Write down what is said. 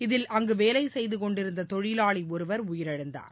இதில் அங்கு வேலை செய்துகொண்டிருந்த தொழிலாளி ஒருவர் உயிரிழந்தார்